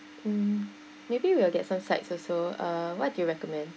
mm maybe we'll get some sides also uh what do you recommend